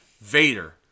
Vader